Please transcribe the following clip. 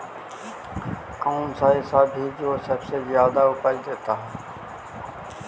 कौन सा ऐसा भी जो सबसे ज्यादा उपज देता है?